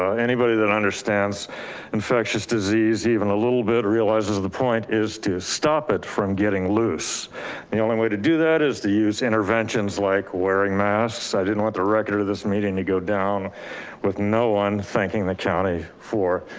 ah anybody that understands infectious disease even a little bit realizes that the point is to stop it from getting loose. and the only way to do that is to use interventions like wearing masks. i didn't want the record of this meeting to go down with no one thanking the county for